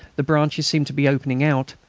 the branches seemed to be opening out,